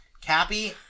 Cappy